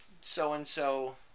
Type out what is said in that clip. so-and-so